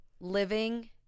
living